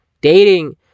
dating